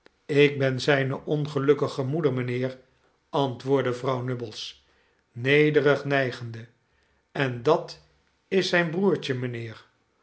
ik ben zijne ongelukkige moeder mynheer antwoordde vrouw nubbles nederig nijgende en dat is zijn broertje mijnheer